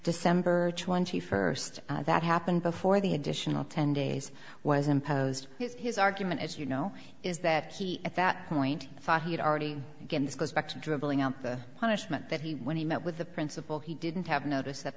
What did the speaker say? december twenty first that happened before the additional ten days was imposed his argument as you know is that he at that point thought he'd already again this goes back to dribbling out the punishment that he when he met with the principal he didn't have notice that